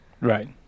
Right